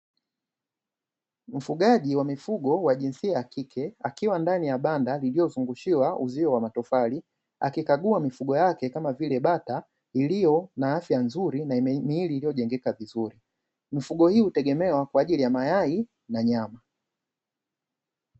Mfugaji wa mifugo wa jinsia ya kike, akiwa ndani ya banda lililozungushiwa uzio wa matofali, akikagua mifugo yake kama vile bata iliyo na afya nzuri na miili iliyojengekeka vizuri. Mifugo hii hutegemewa kwa ajili ya mayai na nyama.